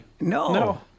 No